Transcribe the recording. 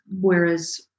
whereas